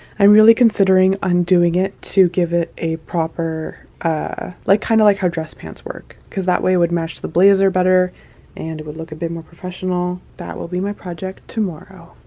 i'm really considering undoing it to give it a proper like kind of like how dress pants work because that way it would match to the blazer better and it would look a bit more professional that will be my project tomorrow.